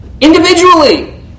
individually